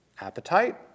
appetite